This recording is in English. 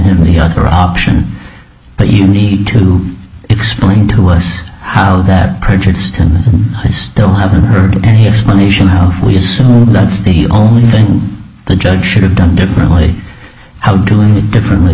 him the other option but you need to explain to us how that prejudiced and i still haven't heard any explanation how we assume that's the only thing the judge should have done differently how doing it differently